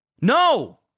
No